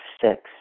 six